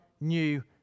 new